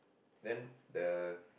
then the